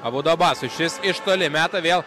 abudo abasui šis iš toli meta vėl